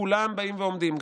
וכולם באים ועומדים,